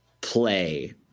play